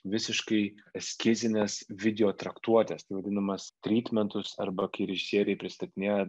visiškai eskizines video traktuotes tai vadinamas trytmentus arba kai režisieriai pristatinėja